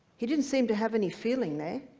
you didn't seem to have any feeling, though.